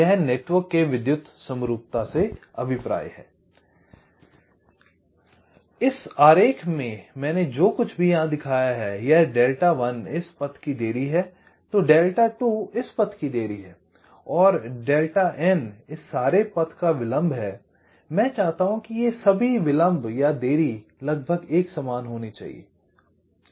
यह नेटवर्क के विद्युत समरूपता से अभिप्राय है I इसलिए इस आरेख में मैंने जो कुछ भी यहां दिखाया है यदि Δ1 इस पथ की देरी है तो Δ2 इस पथ की देरी है और Δn इस पथ का विलंब है मैं चाहता हूं कि ये सभी देरी लगभग एक समान होनी चाहिए